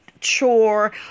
chore